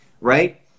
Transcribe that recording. right